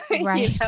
Right